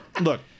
look